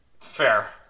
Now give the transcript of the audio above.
Fair